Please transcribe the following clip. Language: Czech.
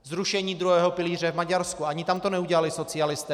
Zrušení druhého pilíře v Maďarsku, ani tam to neudělali socialisté.